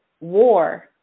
War